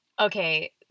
okay